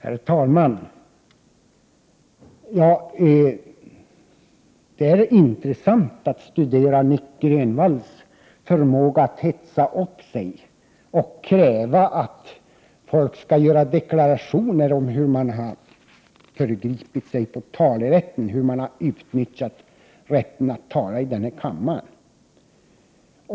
Herr talman! Det är intressant att studera Nic Grönvalls förmåga att hetsa upp sig och kräva att folk skall göra deklarationer om hur de har förgripit sig mot talerätten och utnyttjat rätten att tala i denna kammare.